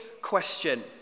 question